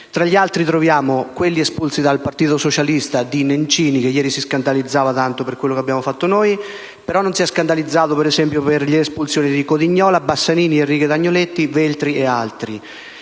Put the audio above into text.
Tra gli altri troviamo quelli espulsi dal Partito Socialista di Nencini, che ieri si scandalizzava tanto per quello che abbiamo fatto noi, però non si è scandalizzato, per esempio, per le espulsioni di Codignola, Bassanini, Enriques Agnoletti, Veltri e altri.